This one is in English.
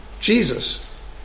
Jesus